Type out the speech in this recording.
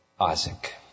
Isaac